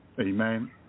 Amen